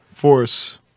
force